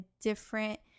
different